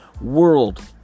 world